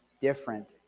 different